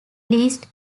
least